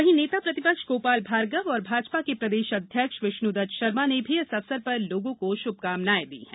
वहीं नेता प्रतिपक्ष गोपाल भार्गव और भाजपा के प्रदेश अध्यक्ष विष्णुदत्त शर्मा ने भी इस अवसर पर लोगों को श्भकामनाएं दी हैं